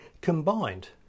combined